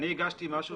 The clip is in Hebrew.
אני הגשתי משהו,